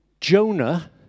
Jonah